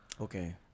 Okay